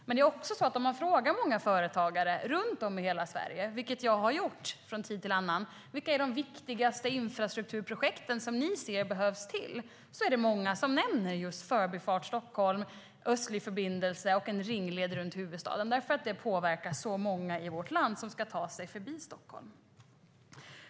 Men det är också så att om man frågar många företagare runt om i hela Sverige, vilket jag har gjort från tid till annan, vilka som är de viktigaste infrastrukturprojekten som de ser behövs är det många som nämner just Förbifart Stockholm, en östlig förbindelse och en ringled runt huvudstaden eftersom det påverkar så många i vårt land som ska ta sig förbi Stockholm.